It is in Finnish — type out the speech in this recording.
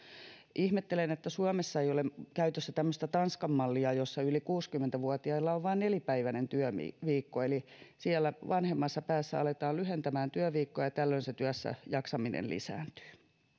ihmettelen että suomessa ei ole käytössä tämmöistä tanskan mallia jossa yli kuusikymmentä vuotiailla on vain nelipäiväinen työviikko eli siellä vanhemmassa päässä aletaan lyhentämään työviikkoa ja tällöin se työssäjaksaminen lisääntyy